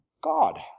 God